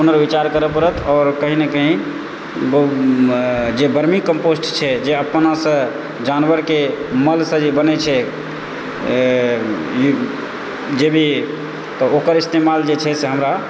पुनर्विचार करऽ पड़त और कतहुँ ने कतहुँ जे बर्मी कम्पोस्ट छै जे अपनासँ जानवरके मलसँ जे बनै छै जे भी तऽ ओकर इस्तेमाल जे छै से हमरा